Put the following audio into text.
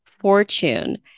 Fortune